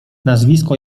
nazwisko